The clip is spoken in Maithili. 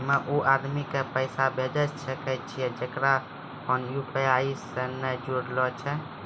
हम्मय उ आदमी के पैसा भेजै सकय छियै जेकरो फोन यु.पी.आई से नैय जूरलो छै?